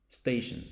stations